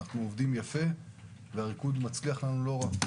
אנחנו עובדים יפה והריקוד מצליח לנו לא רע.